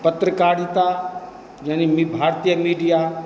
पत्रकारिता यानी भारतीय मीडिया